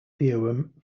theorem